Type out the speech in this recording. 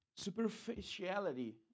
Superficiality